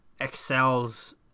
excels